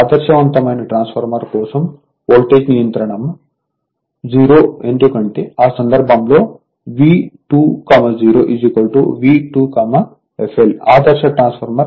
ఆదర్శవంతమైన ట్రాన్స్ఫార్మర్ కోసం వోల్టేజ్ నియంత్రణ 0 ఎందుకంటే ఆ సందర్భంలో V2 0 V 2 f lఆదర్శ ట్రాన్స్ఫార్మర్ కనుక